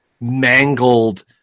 mangled